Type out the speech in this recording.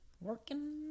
Working